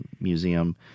museum